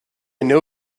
know